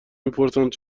میپرسند